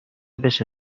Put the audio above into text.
بشه